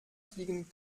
fliegen